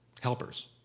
helpers